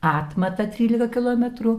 atmatą trylika kilometrų